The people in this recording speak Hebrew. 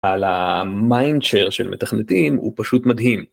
‫על המיינדשר של מתכנתים ‫הוא פשוט מדהים.